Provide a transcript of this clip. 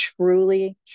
truly